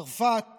גרמניה